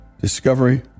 discovery